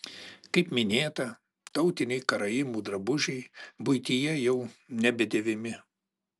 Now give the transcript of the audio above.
kaip minėta tautiniai karaimų drabužiai buityje jau nebedėvimi